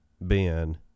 Ben